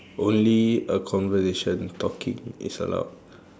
only a conversation talking is allowed